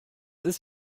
ist